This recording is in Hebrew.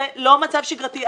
זה לא מצב שגרתי.